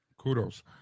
Kudos